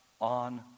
on